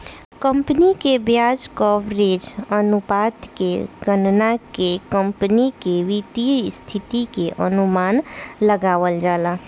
company के ब्याज coverage अनुपात के गणना के कंपनी के वित्तीय स्थिति के अनुमान लगावल जाता